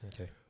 Okay